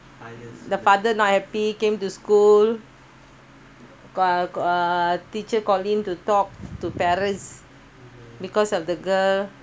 the father not happy came to school uh uh teacher called in to talk to parents because of the girl